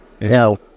No